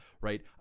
right